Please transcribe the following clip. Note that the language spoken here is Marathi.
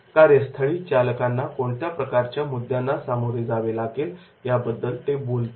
कार्यस्थळी चालकांना कोणत्या प्रकारच्या मुद्द्यांना सामोरे जावे लागेल याबद्दल ते बोलतात